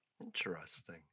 interesting